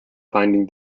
finding